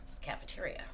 cafeteria